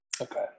Okay